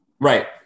Right